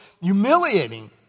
humiliating